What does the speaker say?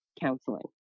counseling